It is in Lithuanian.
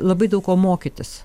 labai daug ko mokytis